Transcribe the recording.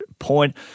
point